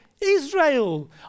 Israel